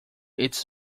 its